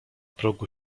progu